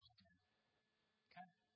Okay